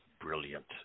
brilliant